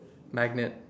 magnet